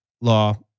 law